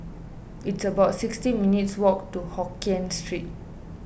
it's about sixty minutes' walk to Hokkien Street